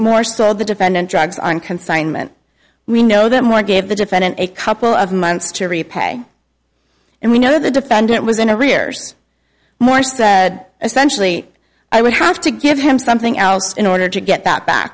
more so the defendant drugs on consignment we know that more gave the defendant a couple of months to repay and we know the defendant was in a rear more especially i would have to give him something else in order to get that back